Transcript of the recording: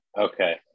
Okay